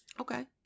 Okay